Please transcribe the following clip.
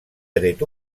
tret